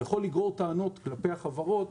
יכול לגרור טענות כלפי החברות,